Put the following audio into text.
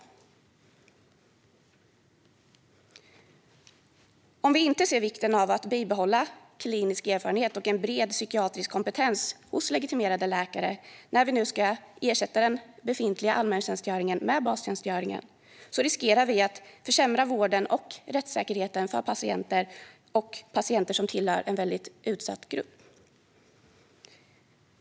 Bastjänstgöring för läkare Om vi inte ser vikten av att bibehålla klinisk erfarenhet och en bred psykiatrisk kompetens hos legitimerade läkare när vi nu ska ersätta den befintliga allmäntjänstgöringen med bastjänstgöringen riskerar vi att försämra vården och rättssäkerheten för patienter som tillhör en väldigt utsatt grupp.